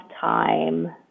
time